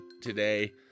today